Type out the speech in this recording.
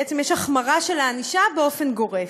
בעצם יש החמרה של הענישה באופן גורף.